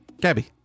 gabby